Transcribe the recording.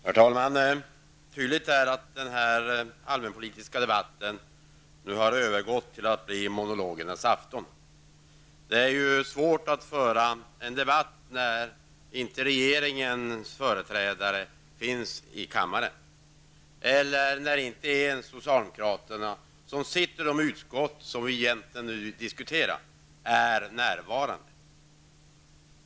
Herr talman! Tydligt är att den här allmänpolitiska debatten nu övergått till att bli monologernas afton. Det är ju svårt att föra en debatt när regeringens företrädare inte finns i kammaren och när inte ens socialdemokraterna i de utskott vars frågor vi nu diskuterar är närvarande.